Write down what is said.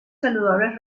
saludables